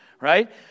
Right